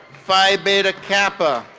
phi beta kappa.